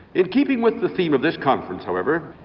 in keeping with the theme of this conference however,